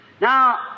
Now